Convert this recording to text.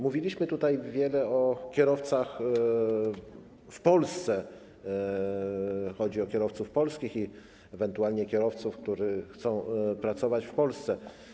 Mówiliśmy wiele o kierowcach w Polsce, chodzi o kierowców polskich i ewentualnie kierowców, którzy chcą pracować w Polsce.